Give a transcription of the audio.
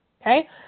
okay